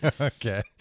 Okay